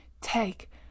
take